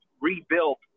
rebuilt